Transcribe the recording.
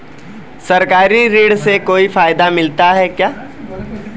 सरकारी ऋण से कोई फायदा मिलता है क्या?